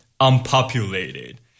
unpopulated